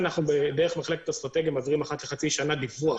דרך מחלקת אסטרטגיה אנחנו מעבירים אחת לחצי שנה דיווח